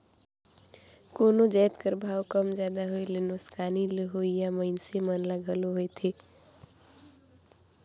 कोनो जाएत कर भाव कम जादा होए ले नोसकानी लेहोइया मइनसे मन ल घलो होएथे